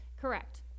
Correct